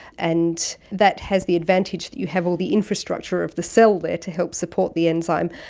and that has the advantage that you have all the infrastructure of the cell there to help support the enzyme.